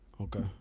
Okay